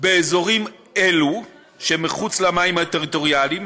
באזורים שמחוץ למים הטריטוריאליים